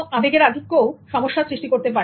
আবেগের আধিক্যও কখনো কখনো সমস্যার সৃষ্টি করতে পারে